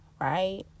right